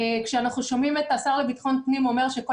כשאנחנו שומעים את השר לביטחון הפנים אומר שכל